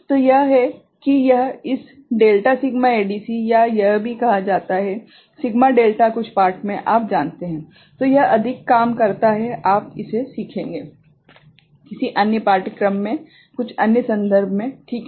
तो यह है कि इस डेल्टा सिग्मा ADC या यह भी कहा जाता है सिग्मा डेल्टा कुछ पाठ में आप जानते हैं तो यह अधिक काम करता है आप इसे सीखेंगे किसी अन्य पाठ्यक्रम में कुछ अन्य संदर्भ में ठीक है